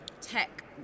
tech